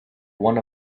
one